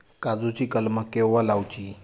काजुची कलमा केव्हा लावची?